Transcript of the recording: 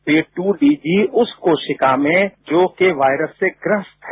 तो ये दू डी जी उस कोशिका में जो की वायरस से ग्रस्त है